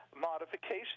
modification